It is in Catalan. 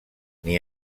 n’hi